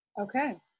Okay